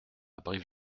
brive